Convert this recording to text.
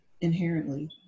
inherently